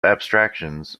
abstractions